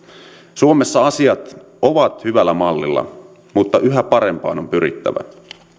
suomessa asiat ovat hyvällä mallilla mutta yhä parempaan on pyrittävä